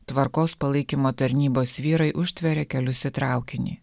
tvarkos palaikymo tarnybos vyrai užtveria kelius į traukinį